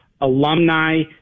alumni